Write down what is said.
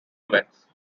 events